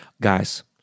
Guys